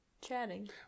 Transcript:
chatting